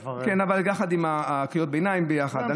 כן, אבל יחד עם קריאות הביניים, ביחד.